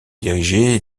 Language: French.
dirigé